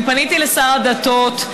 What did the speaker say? אני פניתי לשר הדתות,